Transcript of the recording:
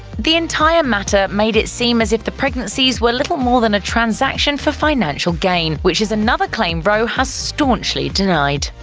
the entire matter made it seem as if the pregnancies were little more than a transaction for financial gain, which is another claim rowe has staunchly denied.